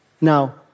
Now